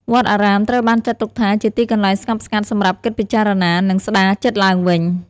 វត្តអារាមត្រូវបានចាត់ទុកថាជាទីកន្លែងស្ងប់ស្ងាត់សម្រាប់គិតពិចារណា និងស្ដារចិត្តឡើងវិញ។